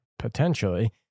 Potentially